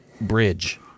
bridge